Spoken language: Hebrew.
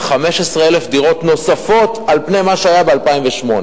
15,000 דירות נוספות על פני מה שהיה ב-2008.